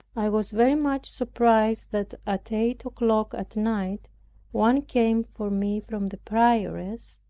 i was very much surprised that at eight o'clock at night one came for me from the prioress.